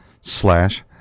slash